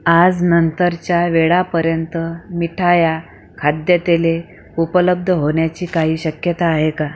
आज नंतरच्या वेळापर्यंत मिठाया खाद्यतेले उपलब्ध होण्याची काही शक्यता आहे का